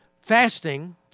Fasting